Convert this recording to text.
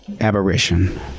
Aberration